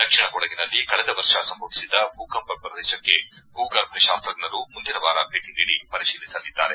ದಕ್ಷಿಣ ಕೊಡಗಿನಲ್ಲಿ ಕಳೆದ ವರ್ಷ ಸಂಭವಿಸಿದ ಭೂಕಂಪ ಪ್ರದೇಶಕ್ಕೆ ಭೂಗರ್ಭ ಶಾಸ್ತಜ್ಞರು ಮುಂದಿನ ವಾರ ಭೇಟಿ ನೀಡಿ ಪರಿಶೀಲಿಸಲಿದ್ದಾರೆ